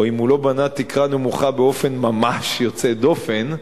או אם הוא לא בנה תקרה נמוכה באופן ממש יוצא דופן,